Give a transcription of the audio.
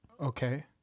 Okay